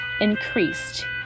increased